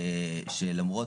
שלמרות